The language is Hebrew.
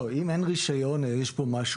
לא, אם אין רישיון יש פה משהו.